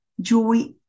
joy